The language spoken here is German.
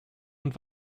und